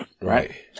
right